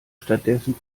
stattdessen